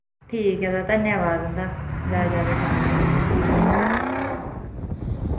ठीक ऐ तां धन्यवाद तुंदा जैदा जैदा शुक्रिया